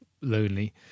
lonely